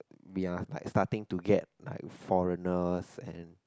we are like starting to get like foreigners and